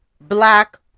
black